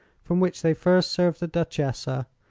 from which they first served the duchessa,